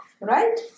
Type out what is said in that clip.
right